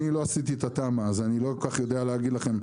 אני לא עשיתי את התמ"א אז אני לא כל כך יודע להגיע לכם.